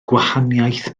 gwahaniaeth